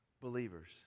believers